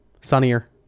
sunnier